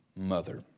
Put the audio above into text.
mother